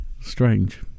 strange